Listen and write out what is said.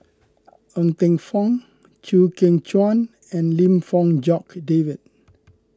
Ng Teng Fong Chew Kheng Chuan and Lim Fong Jock David